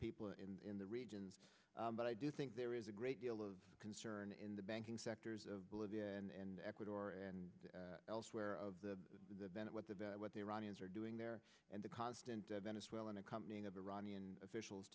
people in the regions but i do think there is a great deal of concern in the banking sectors of bolivia and ecuador and elsewhere of the senate what the what the iranians are doing there and the constant venezuelan accompanying of iranian officials